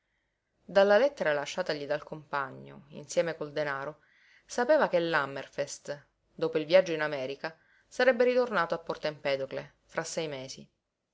dalla lettera lasciatagli dal compagno insieme col denaro sapeva che l'hammerfest dopo il viaggio in america sarebbe ritornato a porto empedocle fra sei mesi